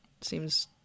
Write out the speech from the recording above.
seems